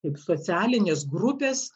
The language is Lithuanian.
kaip socialinės grupės